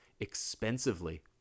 expensively